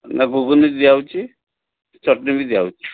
ନା ଘୁଗୁନି ଦିଆହେଉଛି ଚଟ୍ନି ବି ଦିଆହେଉଛି